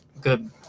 good